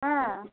हँ